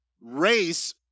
race